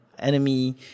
Enemy